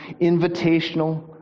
invitational